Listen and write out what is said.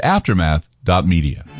Aftermath.media